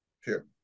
Sure